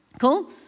Cool